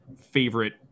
favorite